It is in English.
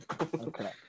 Okay